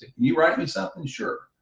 you write yourself ensure